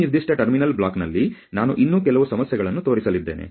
ಈ ನಿರ್ದಿಷ್ಟ ಟರ್ಮಿನಲ್ ಬ್ಲಾಕ್ನಲ್ಲಿ ನಾನು ಇನ್ನೂ ಕೆಲವು ಸಮಸ್ಯೆಗಳನ್ನು ತೋರಿಸಲಿದ್ದೇನೆ